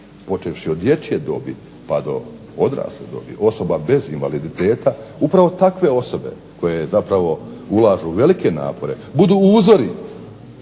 počevši od dječje dobi pa do odrasle dobi, osoba bez invaliditeta upravo takve osobe koje zapravo ulažu velike napore budu uzori